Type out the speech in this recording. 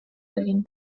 egin